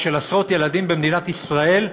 של עשרות ילדים במדינת ישראל,